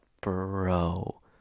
bro